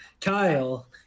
Kyle